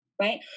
Right